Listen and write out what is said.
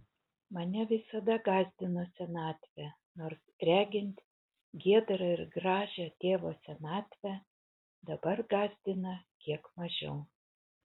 mane visada gąsdino senatvė nors regint giedrą ir gražią tėvo senatvę dabar gąsdina kiek mažiau